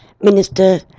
Minister